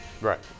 right